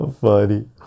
Funny